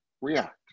react